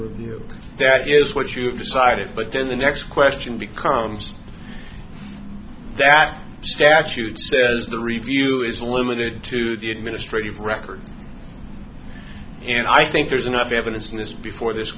review that is what you have decided but then the next question becomes that statute says the review is limited to the administrative records and i think there's enough evidence in this before this